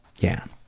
yeah.